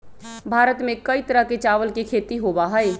भारत में कई तरह के चावल के खेती होबा हई